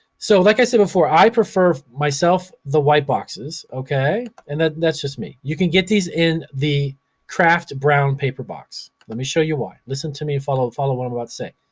so, like i said before, i prefer myself, the white boxes, okay. and that's just me. you can get these in the craft brown paper box. let me show you why. listen to me, and follow follow what i'm about to say.